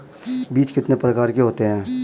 बीज कितने प्रकार के होते हैं?